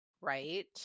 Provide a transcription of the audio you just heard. Right